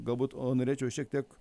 galbūt o norėčiau šiek tiek